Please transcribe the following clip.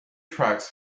tracks